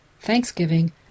thanksgiving